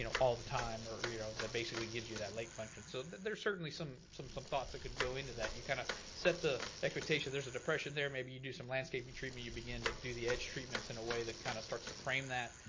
you know all the time, or you know that basically gives you that lake function. so there's certainly some some thoughts that could go into that. you kinda set the expectation, there's a depression there. maybe you do some landscaping treatment, you begin to do the edge treatments in a way that kinda starts to frame that.